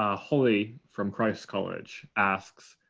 ah holly from christ college asks,